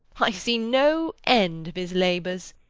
i see no end of his labours.